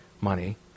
money